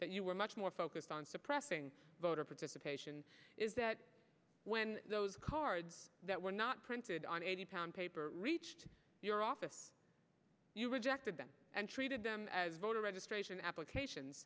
that you were much more focused on suppressing voter participation is that when those cards that were not printed on a town paper reached office you rejected them and treated them as voter registration applications